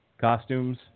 Costumes